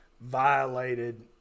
violated